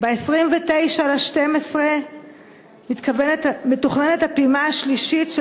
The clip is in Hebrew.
ב-29 בדצמבר מתוכננת הפעימה השלישית של